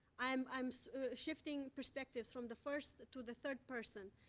i'm i'm so shifting perspectives from the first to the third person,